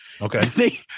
Okay